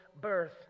birth